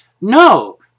no